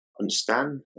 understand